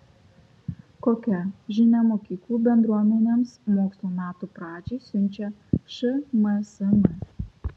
kokią žinią mokyklų bendruomenėms mokslo metų pradžiai siunčia šmsm